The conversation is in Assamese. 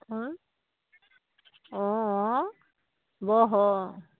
অঁ অঁ বহ